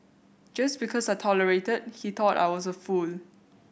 just because I tolerated that he thought I was a fool